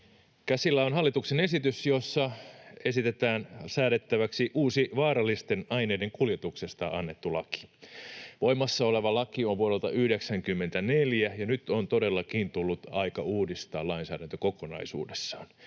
Käsillä on hallituksen esitys, jossa esitetään säädettäväksi uusi vaarallisten aineiden kuljetuksesta annettu laki. Voimassa oleva laki on vuodelta 94, ja nyt on todellakin tullut aika uudistaa lainsäädäntö kokonaisuudessaan.